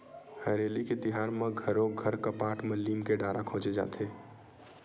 हरेली के तिहार म घरो घर कपाट म लीम के डारा खोचे जाथे